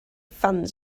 fans